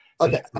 okay